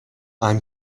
i’m